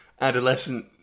adolescent